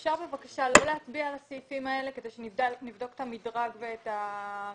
אפשר בבקשה לא להצביע על הסעיפים האלה כדי שנבדוק את המדרג והסכומים?